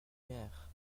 maires